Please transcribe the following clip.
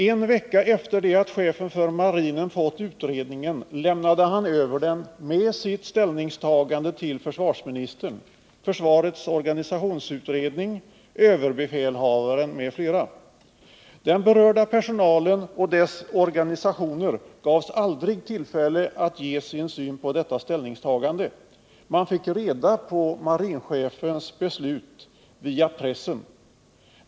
En vecka efter det att chefen för marinen fått utredningen lämnade han över den med sitt ställningstagande till försvarsministern, försvarets organisationsutredning, överbefälhavaren m.fl. Den berörda personalen och dess organisationer gavs aldrig tillfälle att ge sin syn på detta ställningstagande. Man fick reda på marinchefens beslut genom pressen.